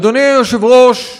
אדוני היושב-ראש,